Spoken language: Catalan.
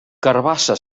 carabassa